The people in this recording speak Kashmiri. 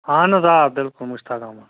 اَہن آ بلکُل مشتاق احمد